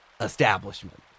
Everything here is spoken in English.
establishment